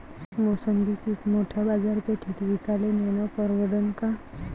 मोसंबी पीक मोठ्या बाजारपेठेत विकाले नेनं परवडन का?